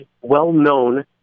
well-known